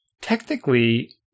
technically